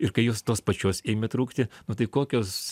ir kai jos tos pačios ėmė trūkti nu tai kokios